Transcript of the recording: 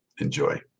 Enjoy